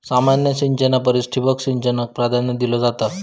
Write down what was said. सामान्य सिंचना परिस ठिबक सिंचनाक प्राधान्य दिलो जाता